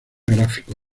gráfico